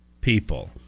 people